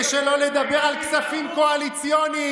ושלא לדבר על כספים קואליציוניים.